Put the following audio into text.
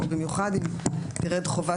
לפחות כחלק מההכשרה הבסיסית במיוחד אם תרד חובת